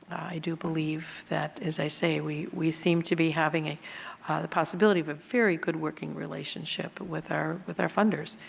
i do believe that, as i say, we we seem to be having the possibility of a very good working relationship with our with our funders.